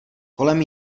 kolem